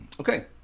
okay